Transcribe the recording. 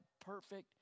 perfect